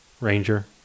Ranger